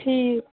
ٹھیٖک